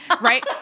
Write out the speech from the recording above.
Right